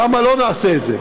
שם לא נעשה את זה,